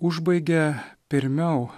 užbaigia pirmiau